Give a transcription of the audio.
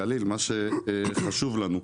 גליל מה שחשוב לנו,